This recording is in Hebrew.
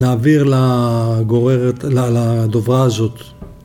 נעביר לגוררת... לדוברה הזאת